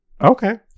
Okay